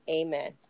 Amen